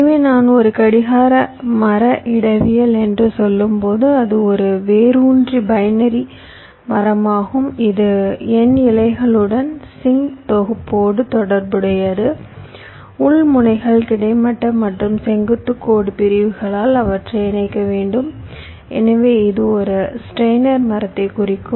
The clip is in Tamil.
எனவே நான் ஒரு கடிகார மர இடவியல் என்று சொல்லும்போது அது ஒரு வேரூன்றிய பைனரி மரமாகும் இது n இலைகளுடன் சிங்க் தொகுப்போடு தொடர்புடையது உள் முனைகள் கிடைமட்ட மற்றும் செங்குத்து கோடு பிரிவுகளால் அவற்றை இணைக்க வேண்டும் எனவே இது ஒரு ஸ்டெய்னர் மரத்தை குறிக்கும்